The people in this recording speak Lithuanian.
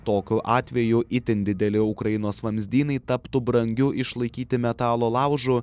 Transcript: tokiu atveju itin dideli ukrainos vamzdynai taptu brangiu išlaikyti metalo laužo